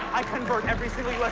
i convert every single like